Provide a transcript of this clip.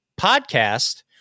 podcast